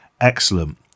excellent